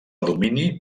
domini